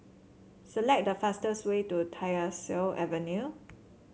select the fastest way to Tyersall Avenue